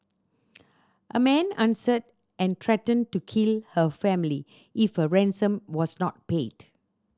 a man answered and threatened to kill her family if a ransom was not paid